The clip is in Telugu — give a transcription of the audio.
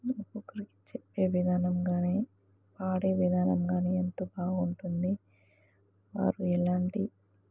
ఒక్కొక్కరికి చెప్పే విధానం కానీ పాడే విధానం కానీ ఎంతో బాగుంటుంది వారు ఎలాంటి